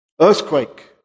earthquake